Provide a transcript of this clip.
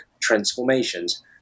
transformations